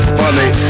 funny